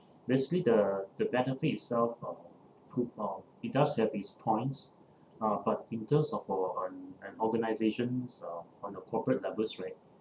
basically the the benefit itself uh too uh it does have its points uh but in terms of and organizations uh on a corporate levels right